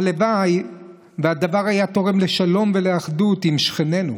והלוואי שהדבר היה תורם לשלום ולאחדות עם שכנינו.